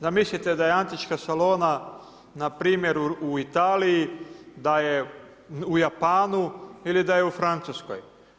Zamislite da je antička Salona npr. u Italiji, da je u Japanu ili da je u Francuskoj.